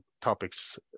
topics